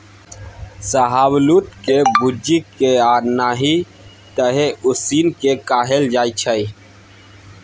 शाहबलुत के भूजि केँ आ नहि तए उसीन के खाएल जाइ छै